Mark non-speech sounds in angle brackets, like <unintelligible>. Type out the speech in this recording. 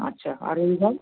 আচ্ছা আর এই <unintelligible>